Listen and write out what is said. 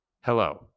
hello